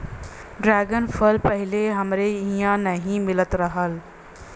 dragon फल पहिले हमरे इहाँ नाही मिलत रहल